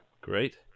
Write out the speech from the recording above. Great